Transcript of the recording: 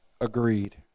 agreed